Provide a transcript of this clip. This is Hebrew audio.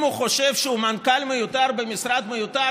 אם הוא חושב שהוא מנכ"ל מיותר במשרד מיותר,